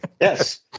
Yes